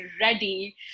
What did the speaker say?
ready